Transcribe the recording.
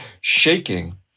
shaking